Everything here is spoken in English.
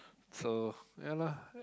so ya lah